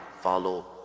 follow